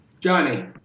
Johnny